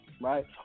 Right